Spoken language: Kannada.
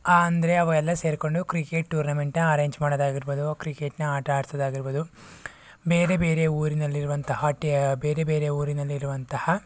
ಅಂದರೆ ಅವೆಲ್ಲ ಸೇರಿಕೊಂಡು ಕ್ರಿಕಟ್ ಟೂರ್ನಮೆಂಟ್ನ ಅರೇಂಜ್ ಮಾಡೋದಾಗಿರ್ಬೋದು ಕ್ರಿಕೆಟ್ನ ಆಟ ಆಡಿಸೋದಾಗಿರ್ಬೋದು ಬೇರೆ ಬೇರೆ ಊರಿನಲ್ಲಿರುವಂತಹ ಆಟ ಬೇರೆ ಬೇರೆ ಊರಿನಲ್ಲಿ ಇರುವಂತಹ